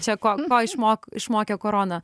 čia ko ko išmok išmokė korona